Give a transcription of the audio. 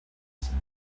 said